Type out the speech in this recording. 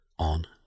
on